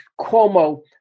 Cuomo